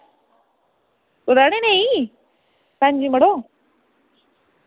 तोह् लैने नी भैन जी मड़ो